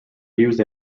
used